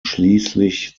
schließlich